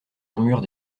armures